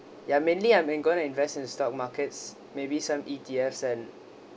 ya mainly I'm going to invest in stock markets maybe some E_T_F and